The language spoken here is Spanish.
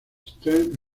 stern